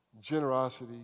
generosity